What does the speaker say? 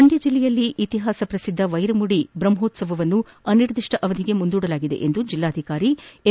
ಮಂಡ್ಕ ಜಿಲ್ಲೆಯಲ್ಲಿ ಇತಿಹಾಸ ಪ್ರಸಿದ್ಧ ವೈರಮುಡಿ ಬ್ರಹ್ಮೋತ್ಸವವನ್ನು ಅನಿರ್ದಿಷ್ಟಾವಧಿಗೆ ಮುಂದೂಡಲಾಗಿದೆ ಎಂದು ಜಿಲ್ಲಾಧಿಕಾರಿ ಎಂ